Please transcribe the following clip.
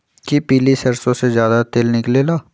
कि पीली सरसों से ज्यादा तेल निकले ला?